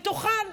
ותאכל.